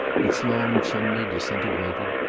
its long chimney disintegrated.